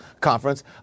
conference